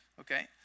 okay